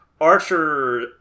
Archer